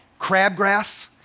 crabgrass